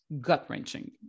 gut-wrenching